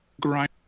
grind